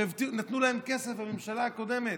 נתנו להם כסף בממשלה הקודמת.